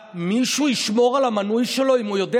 מישהו ישמור על המינוי שלו אם הוא יודע